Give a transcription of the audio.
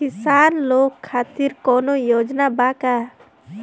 किसान लोग खातिर कौनों योजना बा का?